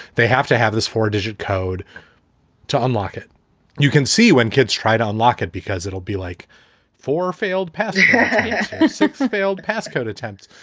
they have to have this four digit code to unlock it you can see when kids try to unlock it because it'll be like four failed past six failed pass code attempts.